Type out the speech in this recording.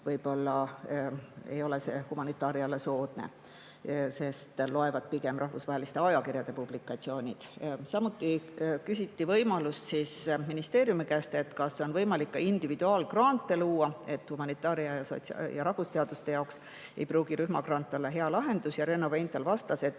olukord ei ole humanitaariale soodne, sest loevad pigem rahvusvaheliste ajakirjade publikatsioonid. Samuti küsiti ministeeriumi käest, kas on võimalik ka individuaalgrante luua, sest humanitaar- ja rahvusteaduste jaoks ei pruugi rühmagrant olla hea lahendus. Renno Veinthal vastas, et